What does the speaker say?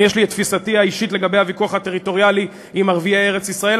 יש לי תפיסתי האישית לגבי הוויכוח הטריטוריאלי עם ערביי ארץ-ישראל,